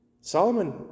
solomon